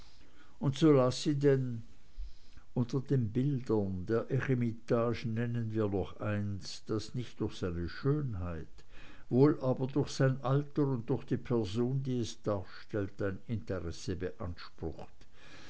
und so las sie denn unter den bildern in der eremitage nennen wir noch eins das nicht durch seine schönheit wohl aber durch sein alter und durch die person die es darstellt ein interesse beansprucht